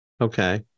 Okay